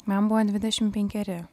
man buvo dvidešim penkeri